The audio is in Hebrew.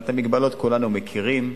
אבל את המגבלות כולנו מכירים.